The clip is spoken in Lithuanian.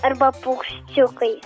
arba paukščiukai